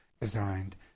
designed